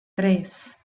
tres